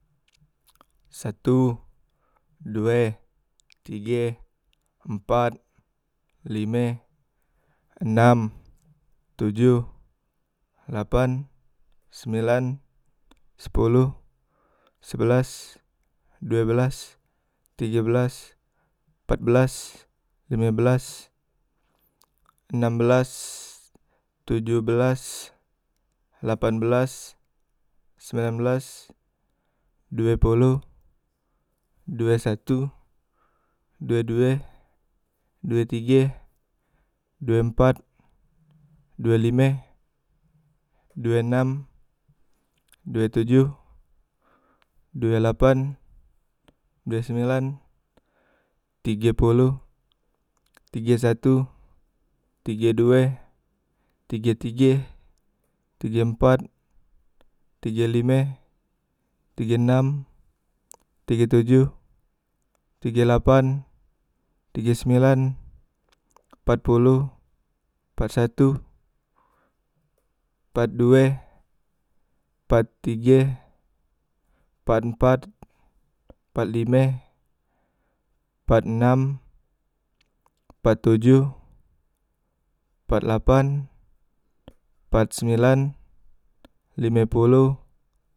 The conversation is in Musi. Satu, due, tige, empat, lime, enam, tojoh, lapan, sembilan, sepoloh, sebelas, due belas, tige belas, empat belas, lime belas enam belas, tojoh belas, lapan belas, sembilan belas, due poloh, due satu, due due, due tige, due empat, due lime, due enam, due tojoh, due lapan, due sembilan, tige poloh, tige satu, tige due, tige tige, tige empat, tige lime, tige enam, tige tojoh, tige lapan, tige sembilan, empat poloh, empat satu, empat due, empat tige, empat empat, empat lime, empat enam, empat tojoh, empat lapan, empat sembilan, lime poloh.